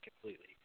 completely